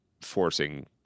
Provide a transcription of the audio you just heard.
forcing